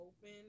open